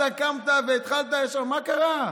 אתה קמת והתחלת ישר, מה קרה?